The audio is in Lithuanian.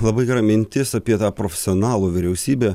labai gera mintis apie tą profesionalų vyriausybę